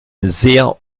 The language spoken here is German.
sehr